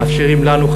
מאפשרים לנו,